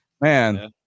Man